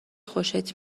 خوشت